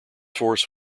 force